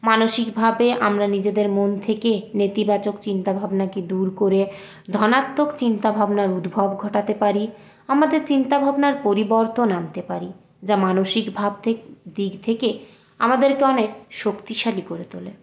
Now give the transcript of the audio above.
মানসিক ভাবে আমরা নিজেদের মন থেকে নেতিবাচক চিন্তাভাবনাকে দূর করে ধনাত্মক চিন্তাভাবনার উদ্ভব ঘটাতে পারি আমাদের চিন্তাভাবনার পরিবর্তন আনতে পারি যা মানসিক ভাব দিক থেকে আমাদেরকে অনেক শক্তিশালী করে তোলে